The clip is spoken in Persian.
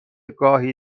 گاهی